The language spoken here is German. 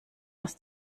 aus